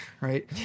right